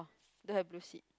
don't have blue seat